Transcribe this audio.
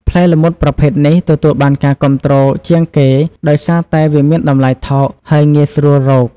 ផ្លែល្មុតប្រភេទនេះទទួលបានការគាំទ្រជាងគេដោយសារតែវាមានតម្លៃថោក ហើយងាយស្រួលរក។